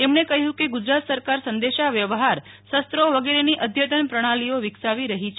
તેમણે કહ્યું કે ગુજરાત સરકાર સંદેશા વ્યવહાર શસ્ત્રો વગેરેની અદ્યતન પ્રણાલીઓ વિકસાવી રહી છે